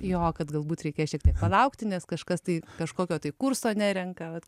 jo kad galbūt reikės šiek tiek palaukti nes kažkas tai kažkokio tai kurso nerenka tad